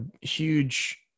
huge